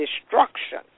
destruction